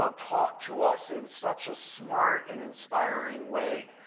um talk to us in such a smart and inspiring way.